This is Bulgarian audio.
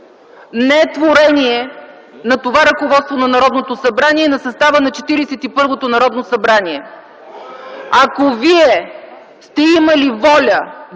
не е творение на това ръководство на Народното събрание и на състава на Четиридесет и първото Народно събрание. Ако Вие сте имали воля